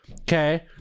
Okay